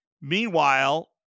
Meanwhile